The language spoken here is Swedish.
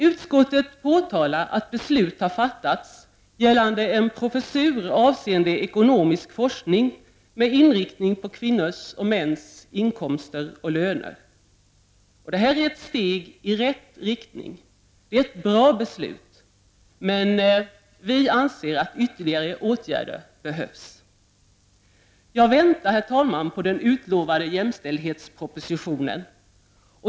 Utskottet påtalar att beslut har fattats gällande en professur avseende ekonomisk forskning med inriktning på kvinnors och mäns inkomster och löner. Det är ett steg i rätt riktning. Det är ett bra beslut, men vi anser ändå att ytterligare åtgärder behöver vidtas. Jag väntar, herr talman, på den utlovade jämställdhetspropositionen.